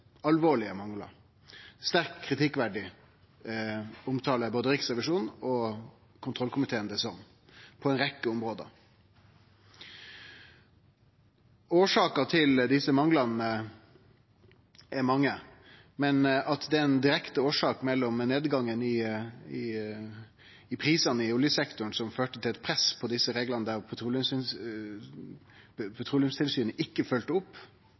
alvorlege manglar i tilsynsarbeidet sitt. Sterkt kritikkverdig omtalar både Riksrevisjonen og kontrollkomiteen det som, på ei rekkje område. Årsakene til desse manglane er mange, men at ei direkte årsak er nedgangen i prisane i oljesektoren, som førte til eit press på desse reglane, og der Petroleumstilsynet ikkje følgde opp, verkar å vere openbert. Det er